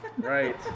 right